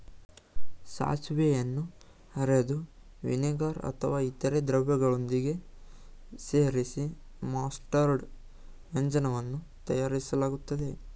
ಸಾಸಿವೆಯನ್ನು ಅರೆದು ವಿನಿಗರ್ ಅಥವಾ ಇತರ ದ್ರವಗಳೊಂದಿಗೆ ಸೇರಿಸಿ ಮಸ್ಟರ್ಡ್ ವ್ಯಂಜನವನ್ನು ತಯಾರಿಸಲಾಗ್ತದೆ